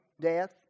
Death